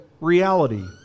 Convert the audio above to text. reality